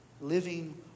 Living